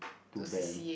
to band